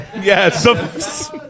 Yes